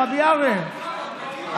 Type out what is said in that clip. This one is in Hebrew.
רבי אריה,